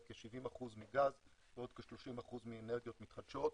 כ-70% מגז ועוד כ-30% מאנרגיות מתחדשות.